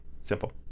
simple